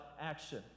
action